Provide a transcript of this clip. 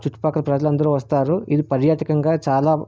చుట్టుపక్కల ప్రజలు అందరూ వస్తారు ఇది పర్యాటకంగా చాలా